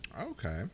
Okay